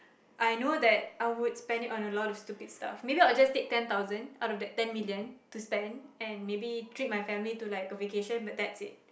I know that I would spend it on a lot of stupid stuff maybe I would just take ten thousand out of that ten million to spend and maybe treat my family to like a vacation but that's it